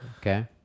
Okay